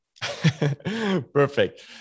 Perfect